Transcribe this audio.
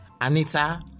Anita